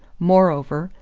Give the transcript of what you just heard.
moreover,